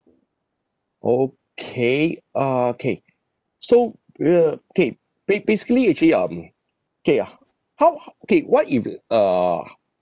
okay okay so will K ba~ basically actually um K uh how how okay what if uh uh